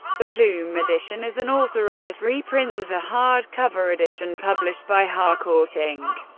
the plume edition is an authorised reprint of a hardcover edition published by harcourt, inc.